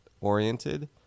oriented